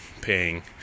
paying